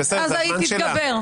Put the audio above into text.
היא תתגבר.